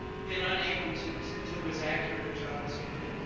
been unable to to do as accurate a job as we did.